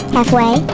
Halfway